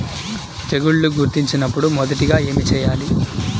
తెగుళ్లు గుర్తించినపుడు మొదటిగా ఏమి చేయాలి?